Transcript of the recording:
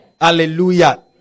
Hallelujah